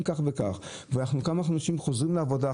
אם כך וכך אנשים חוזרים לעבודה,